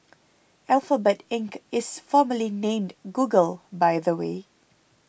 Alphabet Inc is formerly named Google by the way